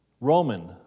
Roman